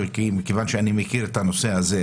כמובן הפרקליט,